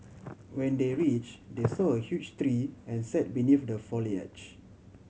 when they reach they saw a huge tree and sat beneath the foliage